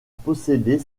posséder